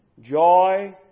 joy